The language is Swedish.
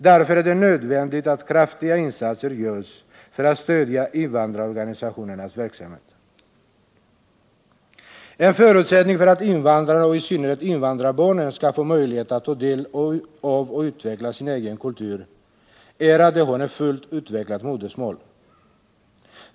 Därför är det nödvändigt att kraftiga insatser görs för att stödja invandrarorganisationernas verksamhet. En förutsättning för att invandrarna, och i synnerhet invandrarnas barn, skall få möjlighet att ta del av och utveckla sin egen kultur är att de har ett fullt utvecklat modersmål.